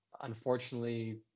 unfortunately